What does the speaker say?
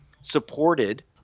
supported